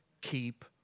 keep